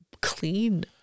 clean